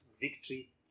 victory